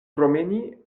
promeni